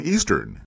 Eastern